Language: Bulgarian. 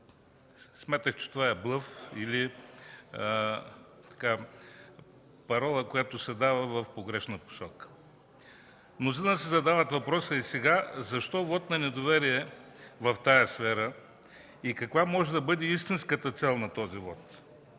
Смятах, че това е блъф или парола, която се дава в някаква грешна посока. Мнозина си задават въпроса: сега защо вот на недоверие в тази сфера и каква може да бъде истинската цел на този вот?